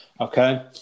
Okay